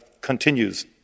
continues